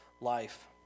life